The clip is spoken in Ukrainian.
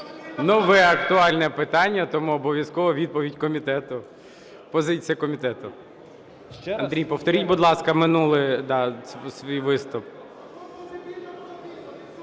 Нове актуальне питання, тому обов'язкова відповідь комітету. Позиція комітету. Андрій, повторіть, будь ласка, минулий свій виступ.